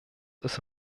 ist